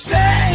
Say